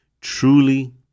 truly